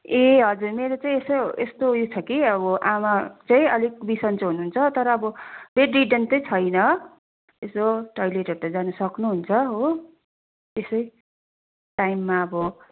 ए हजुर मेरो चाहिँ यसो यस्तो ऊ यो छ कि अब आमा चाहिँ अलिक बिसन्चो हुनुहुन्छ तर अब बेड रिडन चाहिँ छैन यसो टोइलेटहरू त जानु सक्नुहुन्छ हो त्यसै टाइममा अब